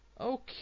Okay